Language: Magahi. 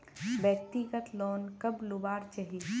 व्यक्तिगत लोन कब लुबार चही?